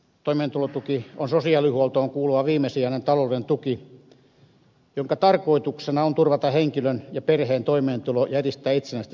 toimeentulotuki on sosiaalihuoltoon kuuluva viimesijainen taloudellinen tuki jonka tarkoituksena on turvata henkilön ja perheen toimeentulo ja edistää itsenäistä selviytymistä